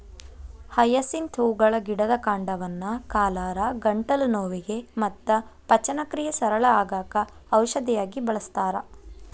hyacinth ಹೂಗಳ ಗಿಡದ ಕಾಂಡವನ್ನ ಕಾಲರಾ, ಗಂಟಲು ನೋವಿಗೆ ಮತ್ತ ಪಚನಕ್ರಿಯೆ ಸರಳ ಆಗಾಕ ಔಷಧಿಯಾಗಿ ಬಳಸ್ತಾರ